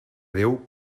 déu